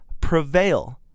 Prevail